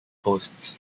posts